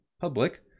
public